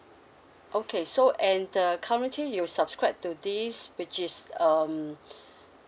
okay so and uh currently you subscribe to this which is um